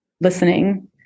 listening